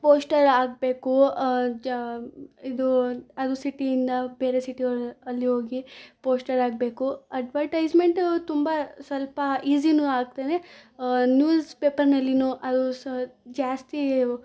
ಪೋಸ್ಟಲ್ಲಿ ಹಾಕಬೇಕು ಜ ಇದು ಅದು ಸಿಟಿಯಿಂದ ಬೇರೆ ಸಿಟಿಯಲ್ಲಿ ಅಲ್ಲಿ ಹೋಗಿ ಪೋಸ್ಟಲ್ಲಿ ಹಾಕಬೇಕು ಅಡ್ವರ್ಟೈಸ್ಮೆಂಟು ತುಂಬ ಸ್ವಲ್ಪ ಈಸಿನೂ ಹಾಕ್ತಾನೆ ನೂಸ್ ಪೇಪರ್ನಲ್ಲಿನೂ ಅದು ಸ್ ಜಾಸ್ತಿ